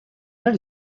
ari